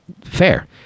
fair